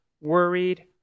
worried